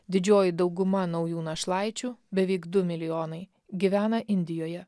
didžioji dauguma naujų našlaičių beveik du milijonai gyvena indijoje